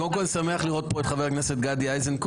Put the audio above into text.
קודם כול אני שמח לראות פה את חבר הכנסת גדי איזנקוט.